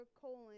colon